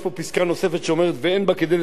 לספח את כל יהודה ושומרון למדינת ישראל".